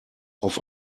auf